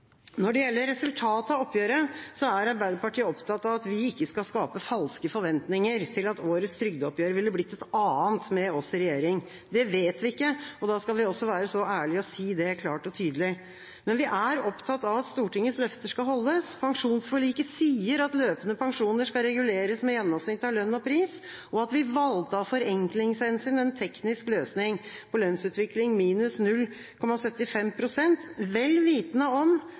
Når det gjelder resultatet av oppgjøret, er Arbeiderpartiet opptatt av at vi ikke skal skape falske forventninger til at årets trygdeoppgjør ville blitt et annet med oss i regjering. Det vet vi ikke, og da skal vi også være så ærlige og si det klart og tydelig. Men vi er opptatt av at Stortingets løfter skal holdes. Pensjonsforliket sier at løpende pensjoner skal reguleres med et gjennomsnitt av lønns- og prisvekst, og at en valgte av forenklingshensyn en teknisk løsning for lønnsutvikling minus 0,75 pst., vel vitende om